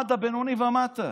מהמעמד הבינוני ומטה.